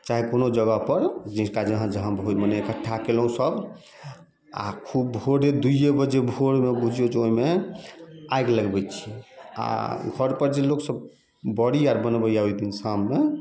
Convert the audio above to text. चाहे कोनो जगह पर जिनका जहाँ जहाँ मने इकट्ठा कयलहुँ सब आ खूब भोरे दूइए बजे भोरे भोरमे बुझियौ जे ओहिमे आगि लगबैत छियै आ घर पर जे लोक सब बड़ी आर बनबैए ओहि दिन शाममे